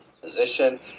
position